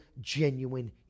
genuine